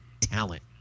talent